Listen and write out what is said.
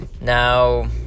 Now